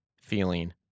feeling